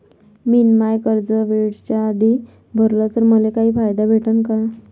मिन माय कर्ज वेळेच्या आधी भरल तर मले काही फायदा भेटन का?